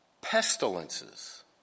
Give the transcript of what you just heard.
pestilences